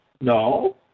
No